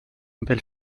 belle